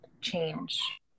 change